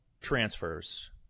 transfers